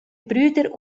brüder